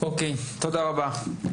תודה רבה.